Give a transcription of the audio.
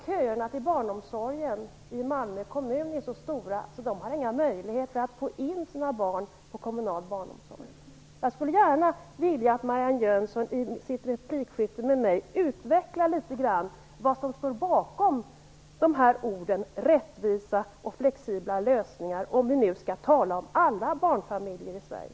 Köerna till barnomsorgen i Malmö är nämligen så långa att de familjerna inte har några möjligheter att få in sina barn i kommunal barnomsorg. Jag skulle gärna vilja att Marianne Jönsson i sitt replikskifte med mig utvecklade litet vad som ligger bakom orden rättvisa och flexibla lösningar, om vi nu skall tala om alla barnfamiljer i Sverige.